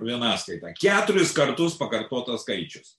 vienaskaita keturis kartus pakartotas skaičius